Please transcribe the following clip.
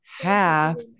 half